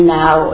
now